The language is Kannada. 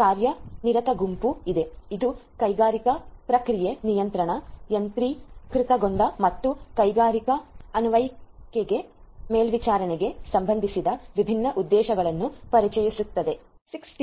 ಕಾರ್ಯನಿರತ ಗುಂಪು ಇದೆ ಇದು ಕೈಗಾರಿಕಾ ಪ್ರಕ್ರಿಯೆ ನಿಯಂತ್ರಣ ಯಾಂತ್ರೀಕೃತಗೊಂಡ ಮತ್ತು ಕೈಗಾರಿಕಾ ಅನ್ವಯಿಕೆಗಳ ಮೇಲ್ವಿಚಾರಣೆಗೆ ಸಂಬಂಧಿಸಿದ ವಿಭಿನ್ನ ಉದ್ದೇಶಗಳನ್ನು ಪರಿಚಯಿಸಿತು